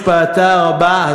עם השפעתה הרבה,